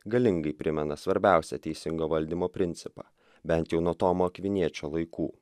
galingai primena svarbiausią teisingo valdymo principą bent jau nuo tomo akviniečio laikų